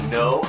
no